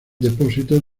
depósitos